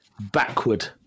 backward